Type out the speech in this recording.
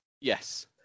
Yes